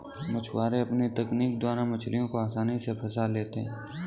मछुआरे अपनी तकनीक द्वारा मछलियों को आसानी से फंसा लेते हैं